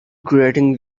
creating